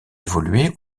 évolué